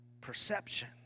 perception